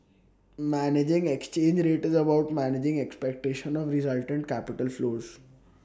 managing exchange rate is about managing expectation of resultant capital flows